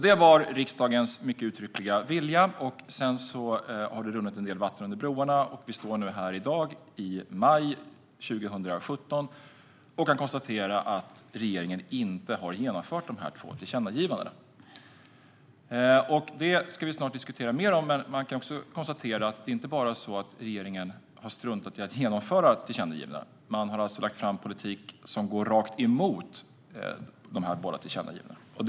Detta var alltså riksdagens mycket uttryckliga vilja. Sedan har det runnit en del vatten under broarna, och vi står nu här i dag i maj 2017 och kan konstatera att regeringen inte har genomfört dessa två tillkännagivanden. Det ska vi snart diskutera mer om, men man kan konstatera att regeringen inte bara har struntat i att genomföra tillkännagivandena, utan man har alltså lagt fram politik som går rakt emot dessa båda tillkännagivanden.